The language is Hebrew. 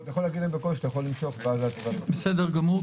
אתה יכול להגיד להם בקול שאתה יכול למשוך --- בסדר גמור.